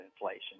inflation